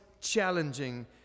challenging